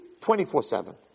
24-7